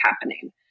happening